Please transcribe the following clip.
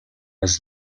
was